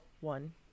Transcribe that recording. one